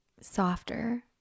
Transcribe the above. softer